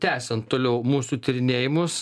tęsiant toliau mūsų tyrinėjimus